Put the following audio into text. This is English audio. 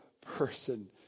person